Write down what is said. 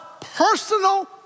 personal